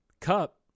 cup